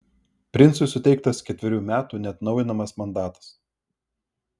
princui suteiktas ketverių metų neatnaujinamas mandatas